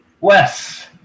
Wes